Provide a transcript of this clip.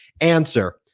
Answer